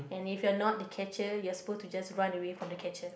and if you are not the catcher you are supposed to just run away from the catcher